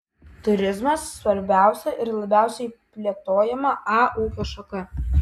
turizmas svarbiausia ir labiausiai plėtojama a ūkio šaka